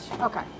Okay